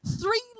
Three